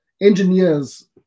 Engineers